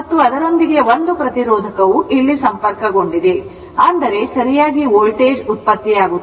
ಮತ್ತು ಅದರೊಂದಿಗೆ ಒಂದು ಪ್ರತಿರೋಧಕವು ಇಲ್ಲಿ ಸಂಪರ್ಕಗೊಂಡಿದೆ ಅಂದರೆ ಸರಿಯಾಗಿ ವೋಲ್ಟೇಜ್ ಉತ್ಪತ್ತಿಯಾಗುತ್ತದೆ